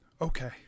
Okay